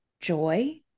joy